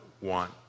want